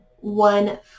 one